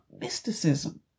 mysticism